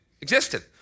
existed